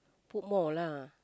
put more lah